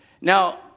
Now